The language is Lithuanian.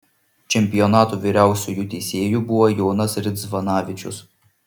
čempionato vyriausiuoju teisėju buvo jonas ridzvanavičius